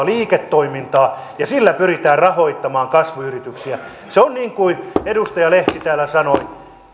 liiketoimintaa ja sillä pyritään rahoittamaan kasvuyrityksiä se on niin kuin edustaja lehti täällä sanoi